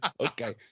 okay